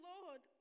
Lord